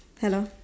hello